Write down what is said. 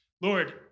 Lord